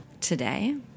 today